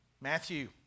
Matthew